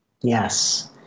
Yes